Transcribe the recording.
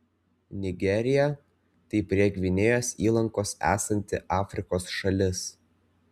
nigerija tai prie gvinėjos įlankos esanti afrikos šalis